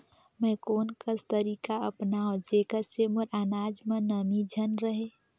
मैं कोन कस तरीका अपनाओं जेकर से मोर अनाज म नमी झन रहे?